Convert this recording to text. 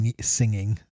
singing